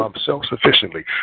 self-sufficiently